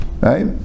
Right